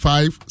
Five